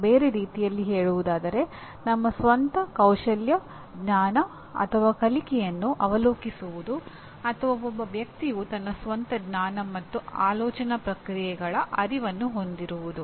ಬೇರೆ ರೀತಿಯಲ್ಲಿ ಹೇಳುವುದಾದರೆ ನಮ್ಮ ಸ್ವಂತ ಕೌಶಲ್ಯ ಜ್ಞಾನ ಅಥವಾ ಕಲಿಕೆಯನ್ನು ಅವಲೋಕಿಸುವುದು ಅಥವಾ ಒಬ್ಬ ವ್ಯಕ್ತಿಯು ತನ್ನ ಸ್ವಂತ ಜ್ಞಾನ ಮತ್ತು ಆಲೋಚನಾ ಪ್ರಕ್ರಿಯೆಗಳ ಅರಿವನ್ನು ಹೊಂದಿರುವುದು